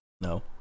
No